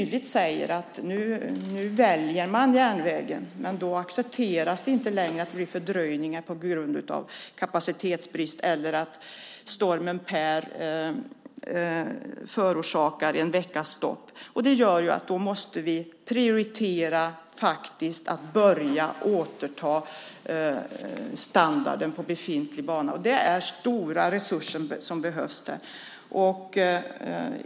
De säger att de nu väljer järnvägen, men då accepteras inte längre fördröjningar på grund av kapacitetsbrist eller att stormar sådana som Per förorsakar en veckas stopp. Det innebär att vi måste prioritera järnvägar genom att börja återställa standarden på befintliga banor. Där behövs stora resurser.